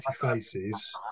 Faces